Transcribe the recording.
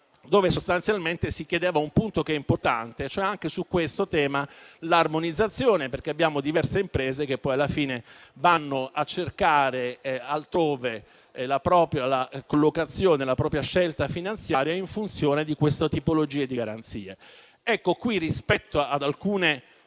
dove sostanzialmente si chiedeva un punto importante: l'armonizzazione anche su questo tema, perché abbiamo diverse imprese che poi, alla fine, vanno a cercare altrove la propria collocazione e la propria scelta finanziaria in funzione di queste tipologie di garanzia. Rispetto ad alcune